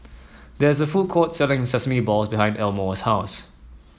there is a food court selling sesame ball behind Elmore's house